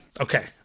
Okay